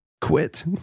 quit